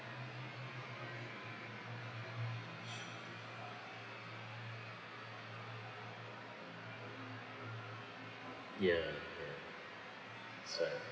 ya ya that's right